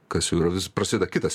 kas jau yra vis prasideda kitas